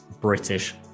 British